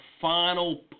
final